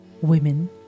Women